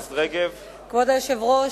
כבוד היושב-ראש,